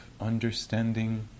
understanding